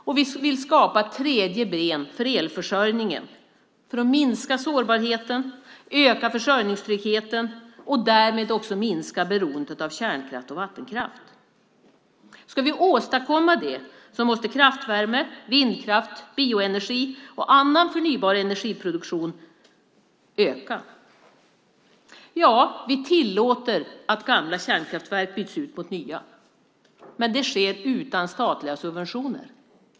Och vi vill skapa ett tredje ben för elförsörjningen för att minska sårbarheten, öka försörjningstryggheten och därmed också minska beroendet av kärnkraft och vattenkraft. Ska vi åstadkomma det måste kraftvärme, vindkraft, bioenergi och annan förnybar energiproduktion öka. Ja, vi tillåter att gamla kärnkraftverk byts ut mot nya, men det sker utan statliga subventioner.